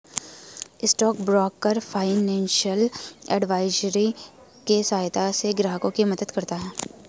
stock broker financial advisory के सहायता से ग्राहकों की मदद करता है